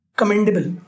commendable